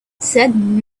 said